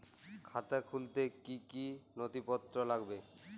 খাতা খুলতে কি কি নথিপত্র লাগবে?